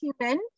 human